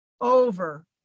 over